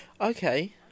Okay